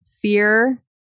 fear